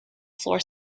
floor